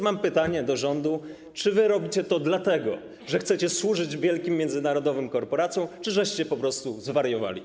Mam pytanie do rządu: Czy wy robicie to dlatego, że chcecie służyć wielkim międzynarodowym korporacjom, czy po prostu zwariowaliście?